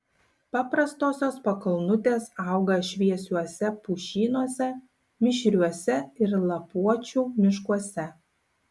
paprastosios pakalnutės auga šviesiuose pušynuose mišriuose ir lapuočių miškuose